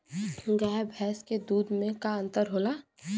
गाय भैंस के दूध में का अन्तर होला?